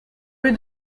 rue